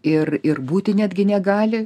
ir ir būti netgi negali